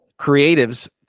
creatives